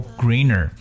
greener